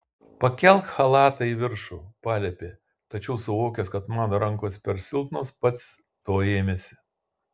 pakelk chalatą į viršų paliepė tačiau suvokęs kad mano rankos per silpnos pats to ėmėsi